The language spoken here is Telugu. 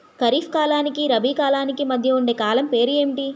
ఖరిఫ్ కాలానికి రబీ కాలానికి మధ్య ఉండే కాలం పేరు ఏమిటి?